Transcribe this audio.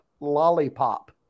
lollipop